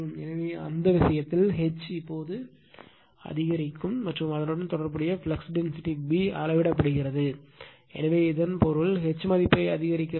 எனவே அந்த விஷயத்தில் H இப்போது H அதிகரிக்கும் மற்றும் அதனுடன் தொடர்புடைய ஃப்ளக்ஸ் டென்சிட்டி B அளவிடப்படுகிறது எனவே இதன் பொருள் இப்போது H மதிப்பை அதிகரிக்கிறது